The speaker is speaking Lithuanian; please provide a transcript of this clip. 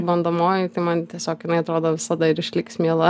bandomoji tai man tiesiog jinai atrodo visada ir išliks miela